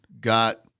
got